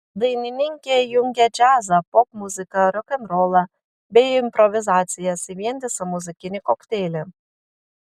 dainininkė jungia džiazą popmuziką rokenrolą bei improvizacijas į vientisą muzikinį kokteilį